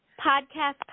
podcast